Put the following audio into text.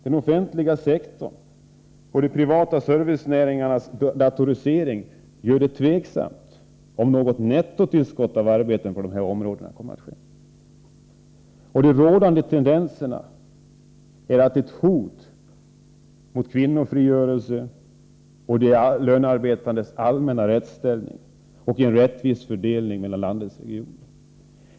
Den offentliga sektorns och de privata servicenäringarnas datorisering gör det tveksamt, om det kommer att bli något nettotillskott av arbeten på dessa områden. De rådande tendenserna är ett hot mot kvinnofrigörelsen och de lönearbetandes allmänna rättsställning samt en rättvis fördelning mellan landets regioner.